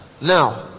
Now